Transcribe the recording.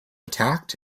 attacked